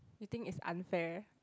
you think it's unfair